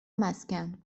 مسکن